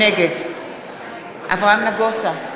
נגד אברהם נגוסה,